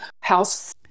house